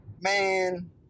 man